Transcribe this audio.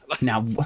now